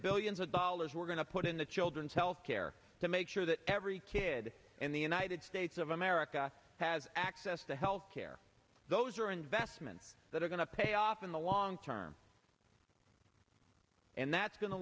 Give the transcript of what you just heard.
billions of dollars we're going to put in the children's health care to make sure that every kid in the united states of america has access to health care those are investments that are going to pay off in the long term and that's going to